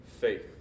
faith